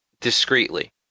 discreetly